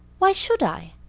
why should i?